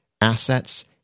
Assets